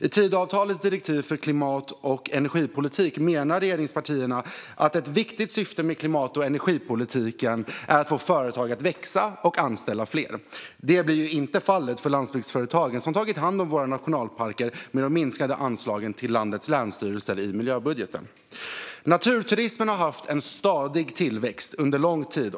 I Tidöavtalets direktiv för klimat och energipolitik menar regeringspartierna att ett viktigt syfte med klimat och energipolitiken är att få företag att växa och anställa fler. Det blir inte fallet för landsbygdsföretagen som tagit hand om våra nationalparker med de minskade anslagen till landets länsstyrelser i miljöbudgeten. Naturturismen har haft en stadig tillväxt under lång tid.